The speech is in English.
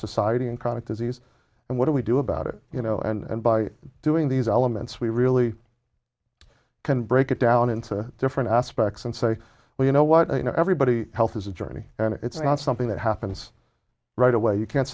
society and chronic disease and what do we do about it you know and by doing these elements we really i can break it down into different aspects and say well you know what everybody else is a journey and it's not something that happens right away you can't